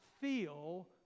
feel